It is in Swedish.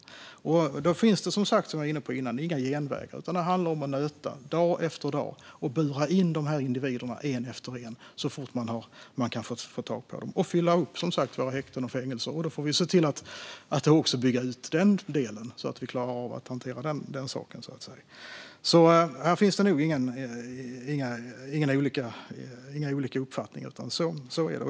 Som jag var inne på tidigare finns det då inga genvägar, utan det handlar om att nöta dag efter dag och bura in dessa individer en efter en så fort man kan få tag på dem och, som sagt, fylla upp häkten och fängelser. Då får vi se till att också bygga ut den delen, så att vi klarar av att hantera detta. Jag tror därför inte att det finns några olika uppfattningar i fråga om detta, utan så är det.